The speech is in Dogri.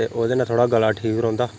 ते ओह्दे कन्नै थोह्ड़ा गला ठीक रौंह्दा